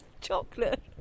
chocolate